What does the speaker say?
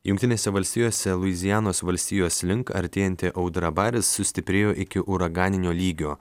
jungtinėse valstijose luizianos valstijos link artėjanti audra baris sustiprėjo iki uraganinio lygio